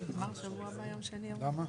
כולם תומכים.